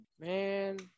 man